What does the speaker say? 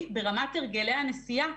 סיכוי, ברמת הרגלי הנסיעה,